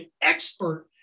expert